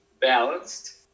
balanced